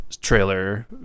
trailer